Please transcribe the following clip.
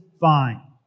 fine